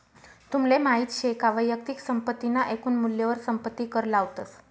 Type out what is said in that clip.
तुमले माहित शे का वैयक्तिक संपत्ती ना एकून मूल्यवर संपत्ती कर लावतस